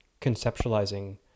conceptualizing